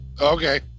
Okay